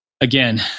again